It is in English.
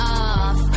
off